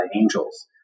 angels